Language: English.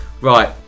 Right